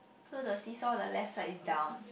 so the seesaw the left side is down